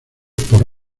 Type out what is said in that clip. por